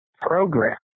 program